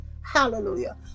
hallelujah